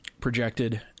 projected